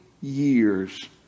years